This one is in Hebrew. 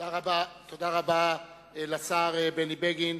תודה רבה לשר בני בגין.